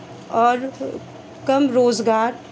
और कम रोज़गार